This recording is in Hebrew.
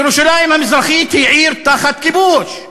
ירושלים המזרחית היא עיר תחת כיבוש,